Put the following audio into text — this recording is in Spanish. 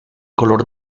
color